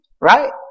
right